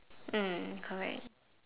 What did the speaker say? mm correct